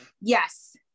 yes